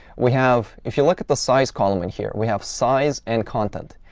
we have if you look at the size column in here, we have size and content.